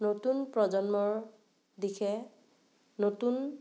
নতুন প্ৰজন্মৰ দিশে নতুন